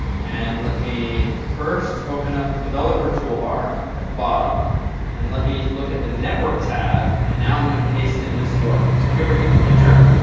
and let me first open up the developer toolbar at the bottom and let me look at the network tab. and now i'm going to paste in this ah url. so here we go. enter.